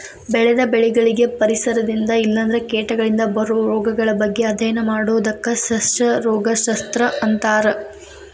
ಬೆಳೆದ ಬೆಳಿಗಳಿಗೆ ಪರಿಸರದಿಂದ ಇಲ್ಲಂದ್ರ ಕೇಟಗಳಿಂದ ಬರೋ ರೋಗಗಳ ಬಗ್ಗೆ ಅಧ್ಯಯನ ಮಾಡೋದಕ್ಕ ಸಸ್ಯ ರೋಗ ಶಸ್ತ್ರ ಅಂತಾರ